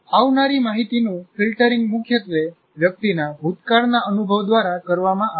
આવનારી માહિતીનું ફિલ્ટરિંગ મુખ્યત્વે વ્યક્તિના ભૂતકાળના અનુભવ દ્વારા કરવામાં આવે છે